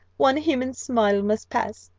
one human smile must pass,